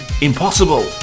Impossible